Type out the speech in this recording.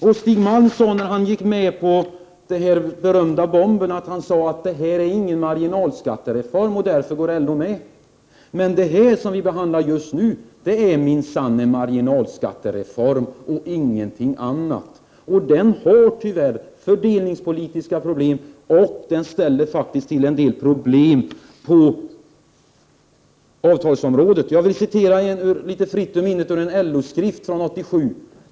När Stig Malm gick med på den här berömda bomben sade han att det inte var någon marginalskattereform och att LO därför gick med på den. Men det som vi behandlar just nu är minsann en marginalskattereform och ingenting annat. Den har tyvärr fördelningspolitiska brister och ställer till med en del problem på avtalsområdet. Jag vill citera fritt ur minnet ur en LO-skrift från 1987.